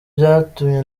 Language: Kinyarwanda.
byatumye